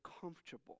comfortable